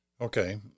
Okay